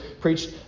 preached